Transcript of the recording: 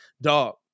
dog